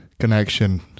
Connection